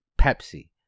Pepsi